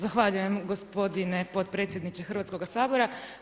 Zahvaljujem gospodine potpredsjedniče Hrvatskoga sabora.